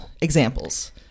examples